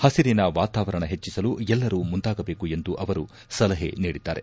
ಪಬರಿನ ವಾತಾವರಣ ಹೆಚ್ಚಿಸಲು ಎಲ್ಲರು ಮುಂದಾಗಬೇಕು ಎಂದು ಅವರು ಸಲಹೆ ನೀಡಿದ್ದಾರೆ